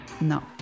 no